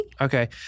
Okay